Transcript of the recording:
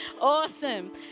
awesome